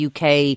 UK